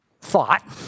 thought